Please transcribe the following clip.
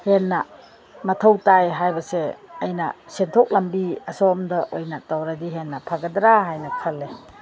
ꯍꯦꯟꯅ ꯃꯊꯧ ꯇꯥꯏ ꯍꯥꯏꯕꯁꯦ ꯑꯩꯅ ꯁꯦꯟꯊꯣꯛ ꯂꯝꯕꯤ ꯑꯁꯣꯝꯗ ꯑꯣꯏꯅ ꯇꯧꯔꯗꯤ ꯍꯦꯟꯅ ꯐꯒꯗ꯭ꯔꯥ ꯍꯥꯏꯅ ꯈꯜꯂꯦ